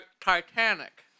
Titanic